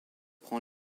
prend